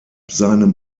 seinem